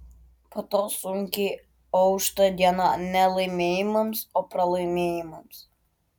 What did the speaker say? po to sunkiai aušta diena ne laimėjimams o pralaimėjimams